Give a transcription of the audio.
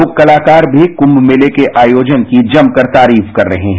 लोक कलाकर भी कुम्भ मेले के आयोजन की जमकर तारीफ कर रहे हैं